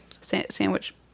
Sandwich